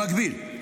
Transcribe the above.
במקביל,